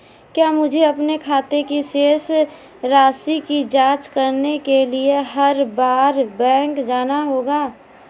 क्या मुझे अपने खाते की शेष राशि की जांच करने के लिए हर बार बैंक जाना होगा?